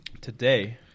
today